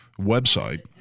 website